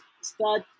start